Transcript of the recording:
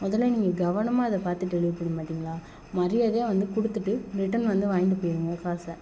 முதல நீங்கள் கவனமாக இதை பார்த்து டெலிவரி பண்ணமாட்டீங்களா மரியாதையாக வந்து கொடுத்துட்டு ரிட்டர்ன் வந்து வாங்கிட்டு போயிவிடுங்க காசை